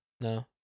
No